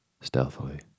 stealthily